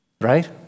Right